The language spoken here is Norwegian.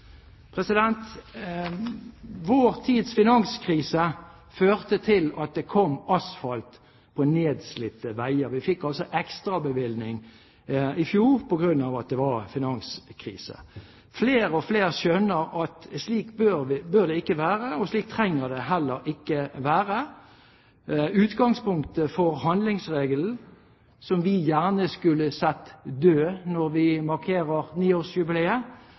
Vår tids finanskrise førte til at det kom asfalt på nedslitte veier. Vi fikk altså en ekstrabevilgning i fjor på grunn av at det var finanskrise. Flere og flere skjønner at slik bør det ikke være, og slik trenger det heller ikke å være. Utgangspunktet for handlingsregelen, som vi gjerne skulle sett død når vi markerer niårsjubileet,